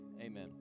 Amen